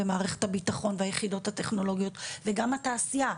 מערכת הביטחון והיחידות הטכנולוגיות וגם התעשייה.